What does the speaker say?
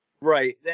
Right